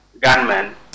gunmen